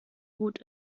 gut